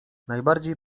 najbardziej